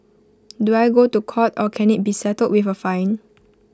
do I go to court or can IT be settled with A fine